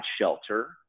shelter